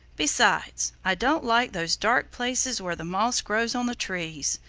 besides, i don't like those dark places where the moss grows on the trees.